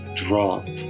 drop